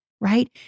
right